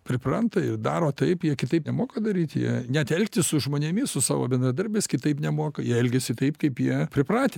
pripranta ir daro taip jie kitaip nemoka daryt jie net elgtis su žmonėmis su savo bendradarbiais kitaip nemoka jie elgiasi taip kaip jie pripratę